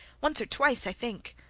once or twice, i think.